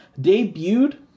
debuted